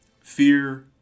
fear